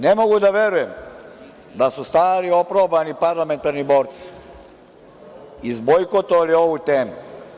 Ne mogu da verujem da su stari oprobani parlamentrani borci izbojkotovali ovu temu.